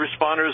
responders